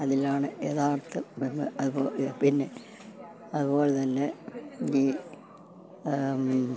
അതിലാണ് യഥാർത്ഥ പിന്നെ അതുപോലെത്തന്നെ ഈ